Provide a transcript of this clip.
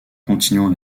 continuant